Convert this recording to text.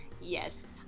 Yes